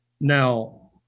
Now